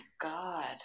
god